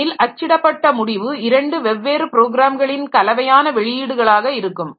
ஏனெனில் அச்சிடப்பட்ட முடிவு இரண்டு வெவ்வேறு ப்ரோக்ராம்களின் கலவையான வெளியீடுகளாக இருக்கும்